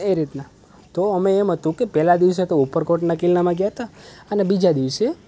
એ રીતના તો અમે એમ હતું કે પહેલા દિવસે તો ઉપરકોટના કિલ્લામા ગયા હતા અને બીજા દિવસે